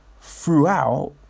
throughout